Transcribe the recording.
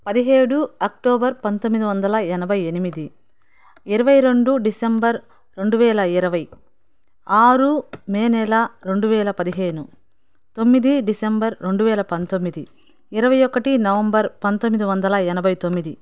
పదిహేడు అక్టోబర్ పంతొమ్మిది వందల ఎనభై ఎనిమిది ఇరవై రెండు డిసెంబర్ రెండు వేల ఇరవై ఆరు మే నెల రెండు వేల పదిహేను తొమ్మిది డిసెంబర్ రెండు వేల పంతొమ్మిది ఇరవై ఒకటి నవంబర్ పంతొమ్మిది వందల ఎనభై తొమ్మిది